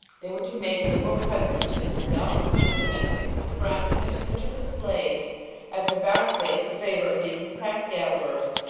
they were to make liberal presents to himself, to his domestics and friends, and to such of his slaves as were vouchsafed the favor of being his tax-gatherers,